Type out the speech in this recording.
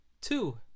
two